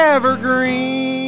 Evergreen